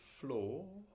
floor